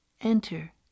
Enter